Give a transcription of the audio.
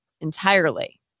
entirely